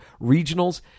regionals